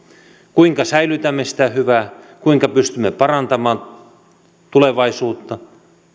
kuinka säilytämme sitä hyvää kuinka pystymme parantamaan tulevaisuutta